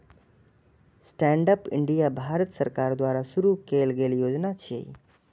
stand up India Bharat सरकार द्वारा शुरू कैल गेल योजना छियै